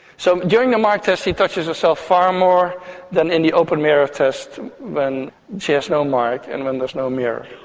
so during the mark test she touches herself far more than any open mirror test when she has no mark and when there is no mirror.